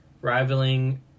rivaling